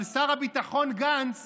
אבל שר הביטחון גנץ